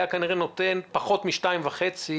היה נותן פחות מ-2.5,